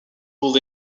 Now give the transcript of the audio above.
would